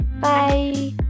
bye